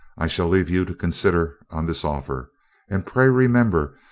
i shall leave you to consider on this offer and pray remember,